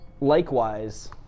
Likewise